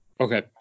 Okay